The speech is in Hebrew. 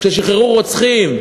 כששחררו רוצחים,